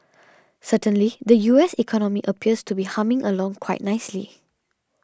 certainly the U S economy appears to be humming along quite nicely